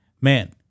man